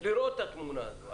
את התמונה הזאת.